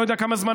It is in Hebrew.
לא יודע כמה זמן,